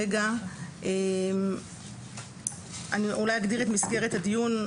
אני אולי אגדיר את מסגרת הדיון.